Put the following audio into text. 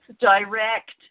direct